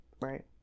right